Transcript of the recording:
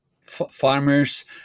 farmers